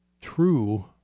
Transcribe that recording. true